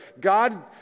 God